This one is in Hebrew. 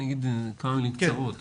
אני אגיד כמה מילים קצרות.